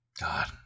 god